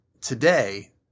today